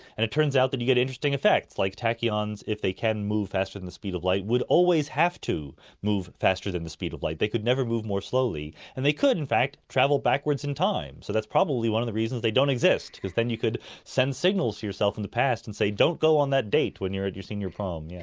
and it turns out that you get interesting effects. like tachyons, if they can move faster than the speed of light, would always have to move faster than the speed of light, they could never move more slowly, and they could in fact travel backwards in time. so that's probably one of the reasons they don't exist, because then you could send signals to yourself in the past and say, don't go on that date when you're at your senior prom. yeah